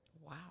Wow